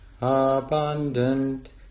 abundant